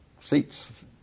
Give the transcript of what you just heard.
seats